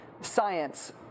science